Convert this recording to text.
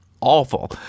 awful